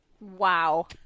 Wow